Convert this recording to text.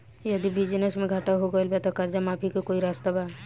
यदि बिजनेस मे घाटा हो गएल त कर्जा माफी के कोई रास्ता बा?